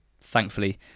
thankfully